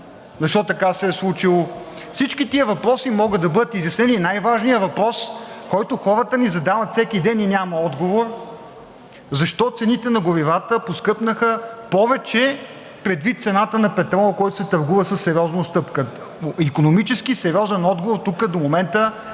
защо така се е случило? Всички тези въпроси могат да бъдат изяснени и най-важният въпрос, който хората ни задават всеки ден и няма отговор, защо цените на горивата поскъпнаха повече предвид цената на петрола, който се търгува със сериозна отстъпка. Икономически сериозен отговор тук до момента